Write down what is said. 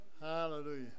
hallelujah